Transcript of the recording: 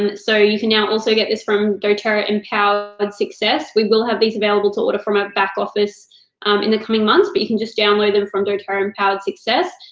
and so you can now also get this from doterra empowered but success. we will have these available to order from our back office in the coming months, but you can just download them from doterra empowered success,